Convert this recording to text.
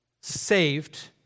saved